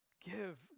give